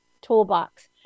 toolbox